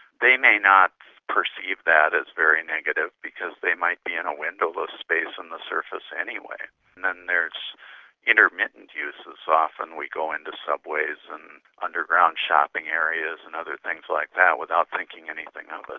they may not perceive that as very negative because they might be in a windowless space on the surface anyway. and then there are intermittent uses. often we go into subways and underground shopping areas and other things like that without thinking anything of it.